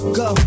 go